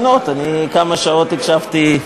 אני כמה שעות הקשבתי.